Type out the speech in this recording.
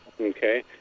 Okay